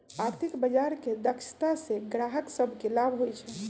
आर्थिक बजार के दक्षता से गाहक सभके लाभ होइ छइ